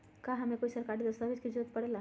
का हमे कोई सरकारी दस्तावेज के भी जरूरत परे ला?